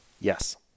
Yes